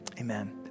amen